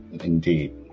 indeed